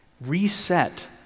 reset